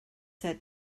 set